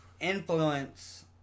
influence